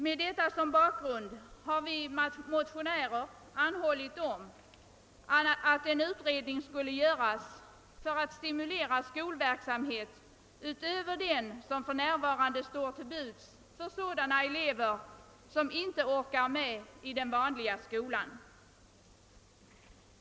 Med detta som bakgrund har vi motionärer anhållit om att en utredning skulle göras för att stimulera skolverksamhet utöver den som för närvarande står till buds för sådana elever som inte orkar med den vanliga skolan.